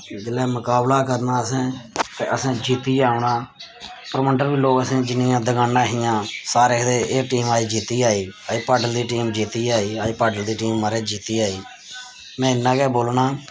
जेल्लै मकाबला करना असें ते असें जित्तियै औना परमंडल बी लोक असें जिन्नियां दकानां हियां सारे आखदे एह् टीम अज्ज जित्तियै आई अज्ज पाडल दी टीम जित्तियै आई अज्ज पाडल दी टीम महाराज जित्तियै आई में इन्ना गै बोलना